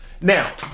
Now